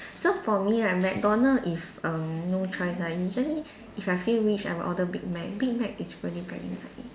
so for me right McDonald if err no choice lah usually if I feel rich I would order Big Mac Big Mac is really very nice